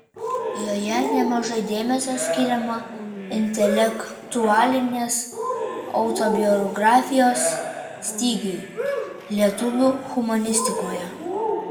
joje nemažai dėmesio skiriama intelektualinės autobiografijos stygiui lietuvių humanistikoje